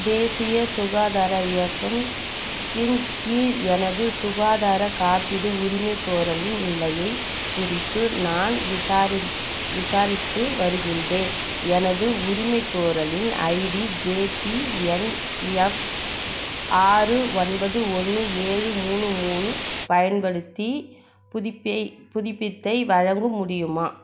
தேசிய சுகாதார இயக்கம் தின் கீழ் எனது சுகாதாரக் காப்பீடு உரிமைக்கோரலின் நிலையை குறித்து நான் விசாரி விசாரித்து வருகின்றேன் எனது உரிமைக்கோரலில் ஐடி ஜேபிஎன்எஃப் ஸ் ஆறு ஒன்பது ஒன்று ஏழு மூணு மூணு பயன்படுத்தி புதுப்பேய் புதுப்பித்தை வழங்க முடியுமா